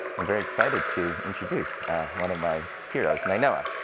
and very excited to introduce one of my heroes, nainoa.